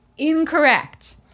Incorrect